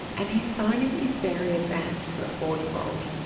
and his signing is very advanced for a four year old.